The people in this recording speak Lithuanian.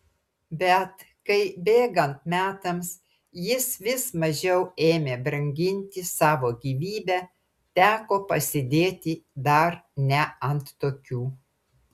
bet kai bėgant metams jis vis mažiau ėmė branginti savo gyvybę teko pasėdėti dar ne ant tokių